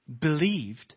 believed